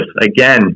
again